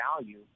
value